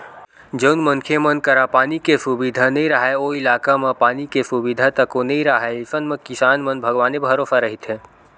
जउन मनखे मन करा पानी के सुबिधा नइ राहय ओ इलाका म पानी के सुबिधा तको नइ राहय अइसन म किसान मन भगवाने भरोसा रहिथे